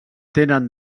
tenen